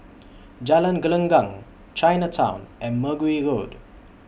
Jalan Gelenggang Chinatown and Mergui Road